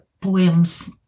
poems